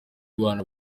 guhana